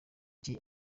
iki